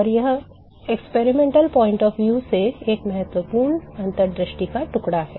तो यह प्रयोगात्मक दृष्टिकोण से एक महत्वपूर्ण अंतर्दृष्टि का टुकड़ा है